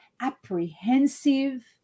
apprehensive